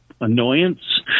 annoyance